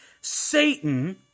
Satan